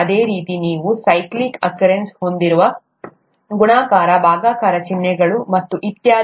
ಅದೇ ರೀತಿ ನೀವು ಸೈಕ್ಲಿಕ್ ಆಕರೆನ್ಸ್ ಹೊಂದಿರುವಾಗ ಗುಣಾಕಾರ ಭಾಗಾಕಾರ ಚಿಹ್ನೆಗಳು ಮತ್ತು ಇತ್ಯಾದಿ